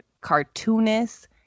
cartoonist